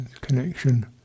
connection